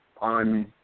on